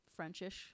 Frenchish